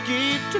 Keep